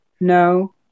No